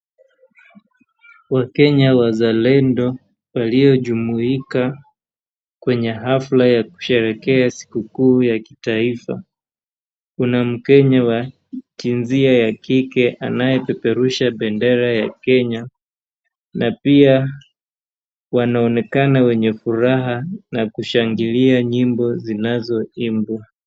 Wakenya wazalendo waliyojumuika kwenye hafla ya kusherehekea siku kuu ya kitaifa. Kuna mkenya wa jinsia ya kike anayepeperusha bendera ya Kenya na pia wanaonekana wenye furaha na kushangilia nyimbo zinazoimbwa.